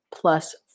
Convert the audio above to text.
plus